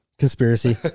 conspiracy